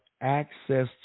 access